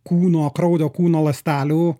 kūno kraujo kūno ląstelių